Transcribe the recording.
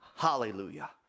Hallelujah